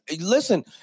listen